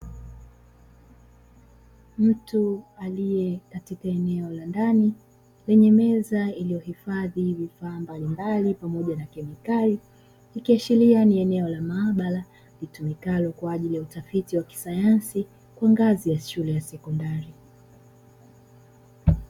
Mtu aliye katika eneo la ndani lenye meza iliohifadhi vifaa mbalimbali pamoja na kemikali, ikiashiria ni eneo la maabara litumikalo kwa ajili ya utafiti wa kisayansi kwa ngazi ya shule ya sekondari